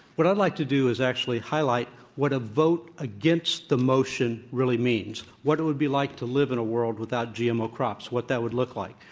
what i'd like to do is actually highlight what a vote against the motion really means, what it would be like to live in a world without gmo crops, what that would look like.